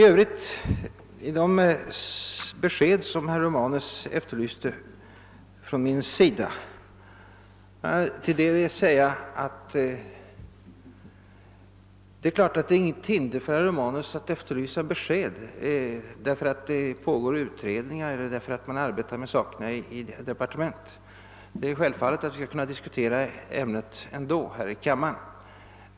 Herr Romanus efterlyste en del besked av mig. Det faktum att det pågår utredningar eller att man arbetar med saken i departement utgör naturligtvis inget hinder för herr Romanus att efterlysa besked. Det är självklart att vi ändå skall kunna diskutera ämnet här i kammaren.